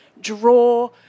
draw